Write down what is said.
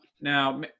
Now